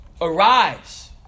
Arise